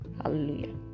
Hallelujah